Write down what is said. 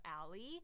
alley